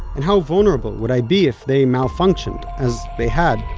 and how vulnerable would i be if they malfunctioned, as they had,